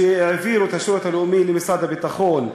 כשהעבירו את השירות הלאומי למשרד הביטחון,